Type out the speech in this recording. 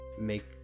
make